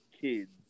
kids